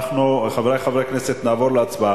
חברי חברי הכנסת, נעבור להצבעה.